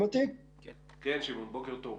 בוקר טוב.